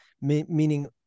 meaning